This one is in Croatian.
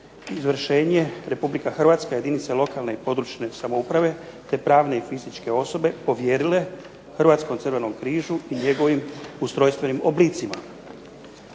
izvršenje Republika Hrvatska, jedinice lokalne i područne samouprave, te pravne i fizičke osobe povjerile Hrvatskom Crvenom križu i njegovim ustrojstvenim oblicima.